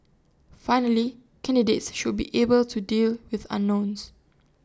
finally candidates should be able to deal with unknowns